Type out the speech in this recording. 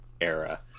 era